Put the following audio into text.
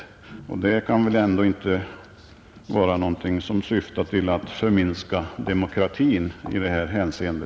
Det kan väl ändå inte vara någonting som syftar till att förminska demokratin i detta hänseende.